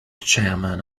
chairman